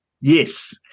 Yes